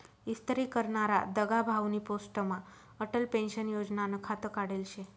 इस्तरी करनारा दगाभाउनी पोस्टमा अटल पेंशन योजनानं खातं काढेल शे